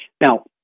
Now